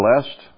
blessed